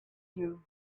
you